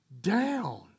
down